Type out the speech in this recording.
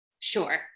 Sure